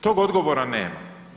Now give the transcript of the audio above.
Tog odgovora nema.